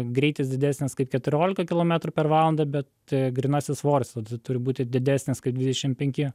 greitis didesnis kaip keturiolika kilometrų per valandą bet grynasis svoris turi būti didesnis kaip dvidešim penki